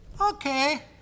Okay